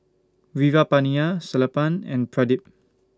Veerapandiya Sellapan and Pradip